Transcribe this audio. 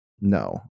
No